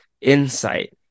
insight